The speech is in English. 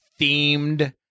themed